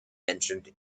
mentioned